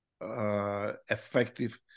effective